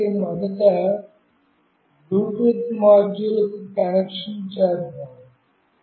కాబట్టి మొదట బ్లూటూత్ మాడ్యూల్కు కనెక్ట్ చేద్దాం